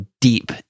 deep